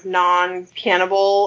non-cannibal